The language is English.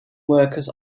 workers